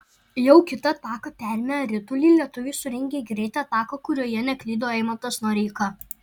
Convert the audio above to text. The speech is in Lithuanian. jau kitą ataką perėmę ritulį lietuviai surengė greitą ataką kurioje neklydo eimantas noreika